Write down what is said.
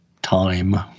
Time